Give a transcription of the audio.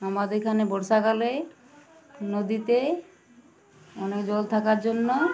আমাদের এখানে বর্ষাকালে নদীতে অনেক জল থাকার জন্য